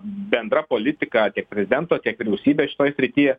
bendra politika tiek prezidento tiek vyriausybės šitoj srity